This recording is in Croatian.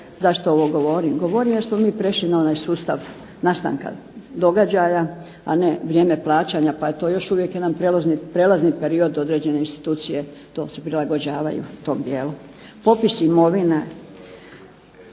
Zašto ovo govorim? Govorim jer smo mi prešli na onaj sustav nastanka događaja, a ne vrijeme plaćanja pa je to još uvijek jedan prelazni period, određene institucije to se prilagođavaju tom dijelu. Popis imovina,